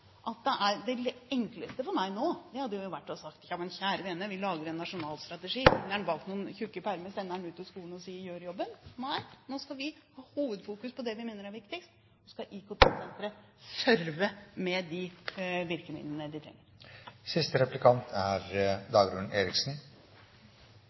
Det enkleste for meg nå hadde vært å si at kjære vene, vi lager en nasjonal strategi, binder den inn mellom noen tykke permer, sender den ut til skolene og sier: Gjør jobben! Nei, nå skal vi ha hovedfokus på det vi mener er viktigst. Nå skal IKT-senteret serve med de virkemidlene de trenger. IKT er